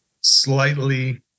slightly